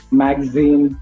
magazine